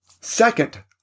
Second